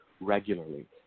regularly